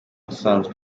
usanzwe